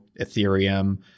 Ethereum